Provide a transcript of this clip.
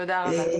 תודה רבה.